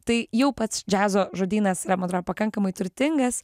tai jau pats džiazo žodynas yra man tro pakankamai turtingas